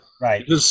Right